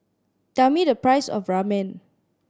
tell me the price of Ramen